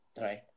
Right